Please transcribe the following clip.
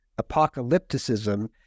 apocalypticism